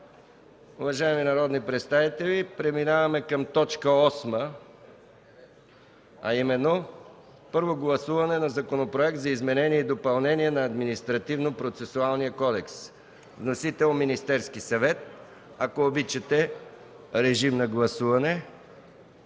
Уважаеми народни представители, преминаваме към точка осма, а именно – Първо гласуване на Законопроект за изменение и допълнение на Административнопроцесуалния кодекс. Вносител – Министерският съвет. Ако обичате, режим на гласуване.